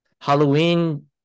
Halloween